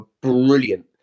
brilliant